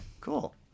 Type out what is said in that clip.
cool